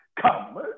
Come